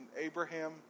Abraham